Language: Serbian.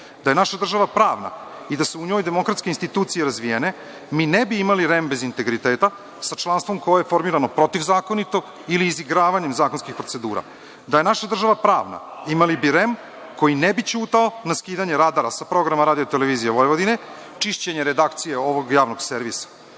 je naša država pravna i da su u njoj demokratske institucije razvijene, mi ne bi imali REM bez integriteta, sa članstvom koje je formirano protivzakonito ili izigravanjem zakonskih procedura. Da je naša država pravna, imali bi REM koji ne bi ćutao na skidanje radara sa programa Radio-televizije Vojvodine, čišćenje redakcije ovog javnog servisa.